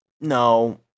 No